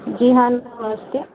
जी हाँ नमस्ते